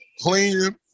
clean